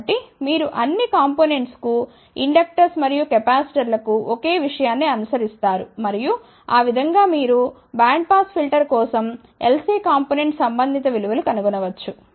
కాబట్టి మీరు ఈ అన్ని కాంపొనెంట్స్ కు ఇండక్టర్స్ మరియు కెపాసిటర్లకు ఒకే విషయాన్ని అనుసరిస్తారు మరియు ఆ విధం గా మీరు బ్యాండ్పాస్ ఫిల్టర్ కోసం LC కాంపొనెంట్స్ సంబంధిత విలువ లు కనుగొనవచ్చు